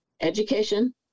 education